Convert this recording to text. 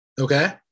Okay